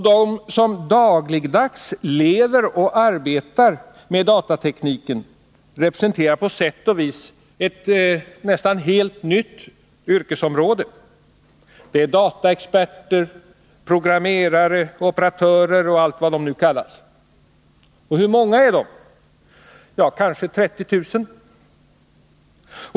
De som dagligdags lever och arbetar med datatekniken representerar på sätt och vis ett nästan helt nytt yrkesområde. Det är dataexperter, programmerare, operatörer och allt vad de nu kallas. Hur många är de? — Kanske 30 000.